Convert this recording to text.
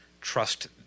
trust